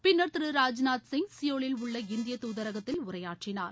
பின்னர் திரு ராஜ்நாத் சிங் சியோலில் உள்ள இந்திய தூதரகத்தில் உரையாற்றினார்